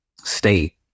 state